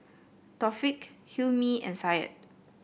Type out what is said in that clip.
Taufik Hilmi and Syed